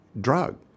drug